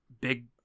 big